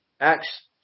Acts